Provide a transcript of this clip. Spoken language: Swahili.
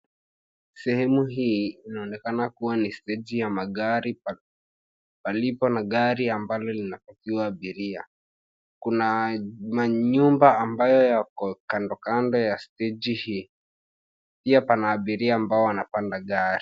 Sehemu hii inaonekana kuwa na steji ya magari palipo na gari ambalo linapakiwa abiria. Kuna manyumba ambayo yako kando kando ya steji hii. Pia kuna abiria ambao wanapanda gari.